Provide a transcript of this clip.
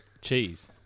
cheese